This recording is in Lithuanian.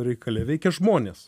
reikale veikė žmonės